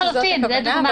לחלוטין, זאת דוגמה.